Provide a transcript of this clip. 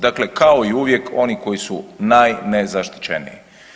Dakle, kao i uvijek oni koji su najnezaštićeniji.